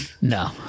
No